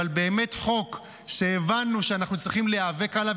אבל באמת חוק שהבנו שאנחנו צריכים להיאבק עליו,